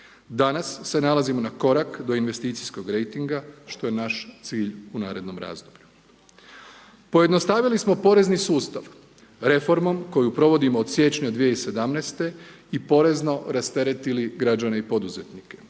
Danas se nalazimo na korak do investicijskog rejtinga, što je naš cilj u narednom razdoblju. Pojednostavili smo porezni sustav, reformom, koju provodimo od siječnja 2017. i porezno rasteretili građane i poduzetnike.